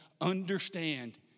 understand